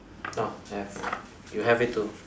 ah have you have it too